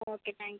okay thank you